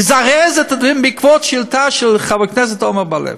יזרז את הדברים בעקבות שאילתה של חבר הכנסת עמר בר-לב.